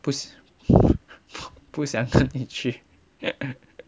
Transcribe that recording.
不不想跟你去